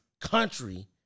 country